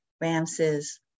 Ramses